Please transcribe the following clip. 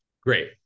Great